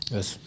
Yes